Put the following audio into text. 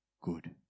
Good